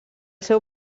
seu